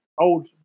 old